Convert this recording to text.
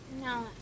No